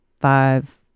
five